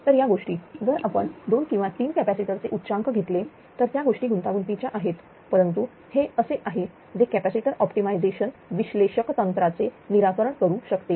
तर या गोष्टी जर आपण 2 किंवा 3 कॅपॅसिटर चे उच्चांक घेतले तर त्या गोष्टी गुंतागुंतीच्या आहेत परंतुहे असे आहे जे कॅपॅसिटर ऑप्टिमायझेशन विश्लेषक तंत्राचे निराकरण करू शकते